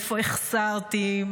איפה החסרתי?